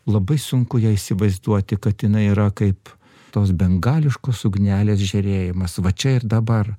labai sunku ją įsivaizduoti kad jinai yra kaip tos bengališkos ugnelės žėrėjimas va čia ir dabar